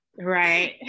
Right